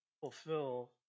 Fulfill